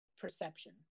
perception